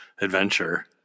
adventure